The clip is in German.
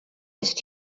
ist